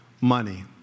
money